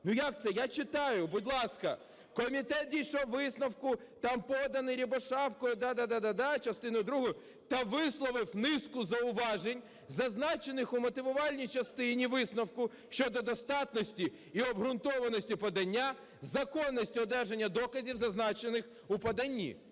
Ну як це? Я читаю, будь ласка. "Комітет дійшов висновку", там "поданий Рябошапкою", да-да-да, "частиною другою"… "та висловив низку зауважень, зазначених у мотивувальній частині висновку щодо достатності і обґрунтованості подання, законності одержання доказів, зазначених у поданні".